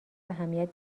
اهمیت